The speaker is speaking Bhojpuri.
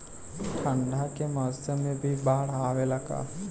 ठंडा के मौसम में भी बाढ़ आवेला का?